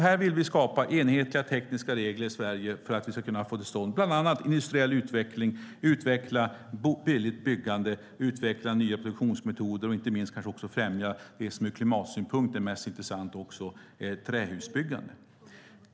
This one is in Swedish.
Vi vill skapa enhetliga, tekniska regler i Sverige för att få till stånd bland annat industriell utveckling, utveckla billigt byggande, utveckla nya produktionsmetoder och inte minst främja det som ur klimatsynpunkt kanske är mest intressant, nämligen trähusbyggande.